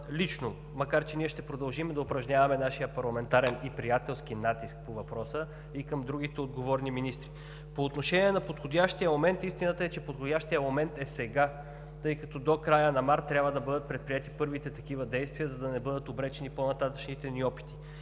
лично. Макар че ние ще продължим да упражняваме нашия парламентарен и приятелски натиск по въпроса и към другите отговорни министри. По отношение на подходящия момент, истината е, че подходящият момент е сега, тъй като до края на март трябва да бъдат предприети първите такива действия, за да не бъдат обречени по-нататъшните ни опити.